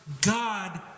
God